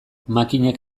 makinak